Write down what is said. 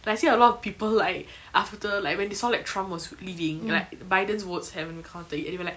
I see a lot of people like after like when they saw like trump was leading like biden's votes haven't even counted yet they be like